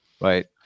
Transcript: right